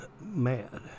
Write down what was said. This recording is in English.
mad